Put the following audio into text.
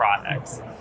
products